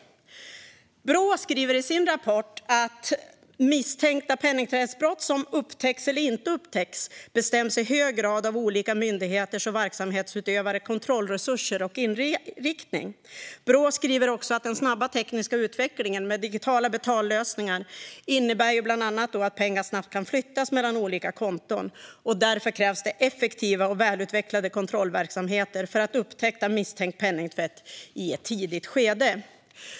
Brå skriver i sin rapport att vilka misstänkta penningtvättsbrott som upptäcks eller inte upptäcks i hög grad bestäms av olika myndigheters och verksamhetsutövares kontrollresurser och inriktning. Brå skriver också att den snabba tekniska utvecklingen med digitala betallösningar bland annat innebär att pengar snabbt kan flyttas mellan olika konton. Därför krävs det effektiva och välutvecklade kontrollverksamheter för att upptäcka misstänkt penningtvätt i ett tidigt skede.